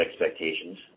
expectations